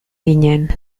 ginen